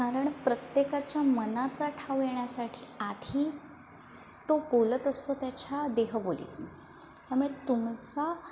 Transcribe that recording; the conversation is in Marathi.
कारण प्रत्येकाच्या मनाचा ठाव येण्यासाठी आधी तो बोलत असतो त्याच्या देहबोलीतुन त्यामुळे तुमचा